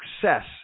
success